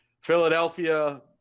Philadelphia